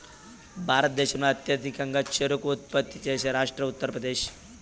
భారతదేశంలో అత్యధికంగా చెరకు ఉత్పత్తి చేసే రాష్ట్రం ఉత్తరప్రదేశ్